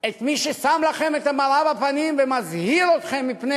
את מי ששם לכם את המראה מול הפנים ומזהיר אתכם מפני